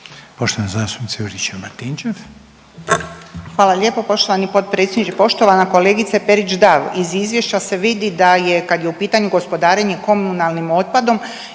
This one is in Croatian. **Juričev-Martinčev, Branka (HDZ)** Hvala lijepo poštovani potpredsjedniče. Poštovana kolegice Perić, da iz izvješća se vidi da je kad je u pitanju gospodarenje komunalnim otpadom